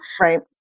Right